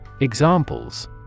Examples